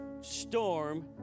storm